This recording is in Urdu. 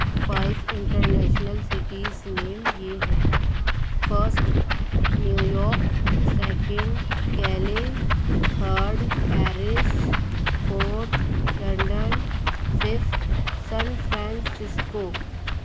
five international cities name یہ ہیں فرسٹ نیو یوک سیکینڈ کیلے third Paris fourth London fifth San Francisco